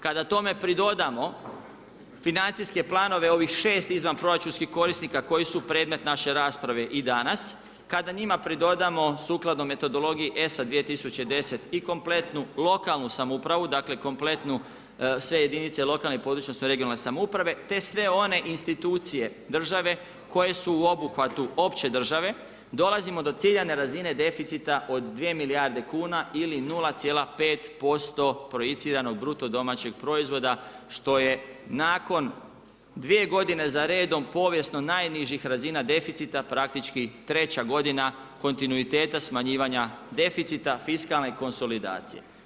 Kada tome pridodamo financijske planove ovih 6 izvanproračunskih korisnika koji su predmet naše rasprave i danas, kada njima pridodamo sukladno metodologiji ESA 2010. i kompletnu lokalnu samoupravu, dakle kompletnu sve jedinice lokalne i područne, odnosno regionalne samouprave, te sve one institucije države koje su u obuhvatu opće države dolazimo do ciljane razine deficita od 2 milijarde kuna ili 0,5% projiciranog bruto domaćeg proizvoda što je nakon dvije godine za redom povijesno najnižih razina deficita praktički treća godina kontinuiteta smanjivanja deficita fiskalne konsolidacije.